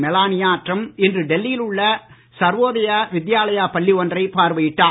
Melania Trump இன்று டெல்லியில் உள்ள சர்வோதய வித்யாலயா பள்ளி ஒன்றைப் பார்வையிட்டார்